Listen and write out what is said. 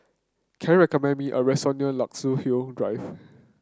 can you recommend me a restaurant near Luxus Hill Drive